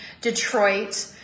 Detroit